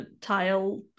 tile